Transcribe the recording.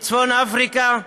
צפון אפריקה,